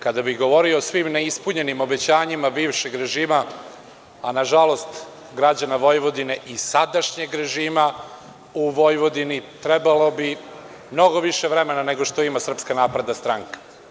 Kada bih govorio o svim neispunjenim obećanjima bivšeg režima, a nažalost građana Vojvodine, i sadašnjeg režima u Vojvodini, trebalo bi mnogo više vremena nego što ima SNS.